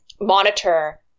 monitor